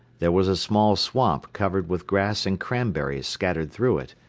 there was a small swamp covered with grass and cranberries scattered through it,